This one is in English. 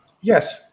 Yes